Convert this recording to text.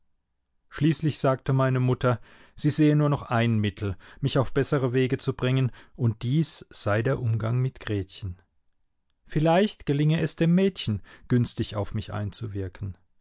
schließlich sagte meine mutter sie sehe nur noch ein mittel mich auf bessere wege zu bringen und dies sei der umgang mit gretchen vielleicht gelinge es dem mädchen günstig auf mich einzuwirken